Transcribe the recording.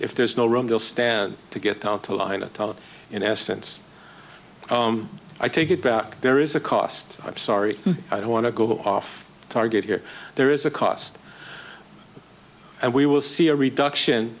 if there's no room they'll stand to get out a line to tell in essence i take it back there is a cost i'm sorry i don't want to go off target here there is a cost and we will see a reduction